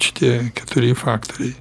šitie keturi faktoriai